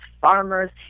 farmers